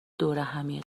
دورهمیه